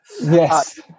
Yes